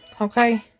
okay